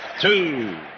two